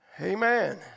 Amen